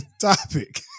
topic